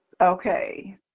Okay